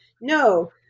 no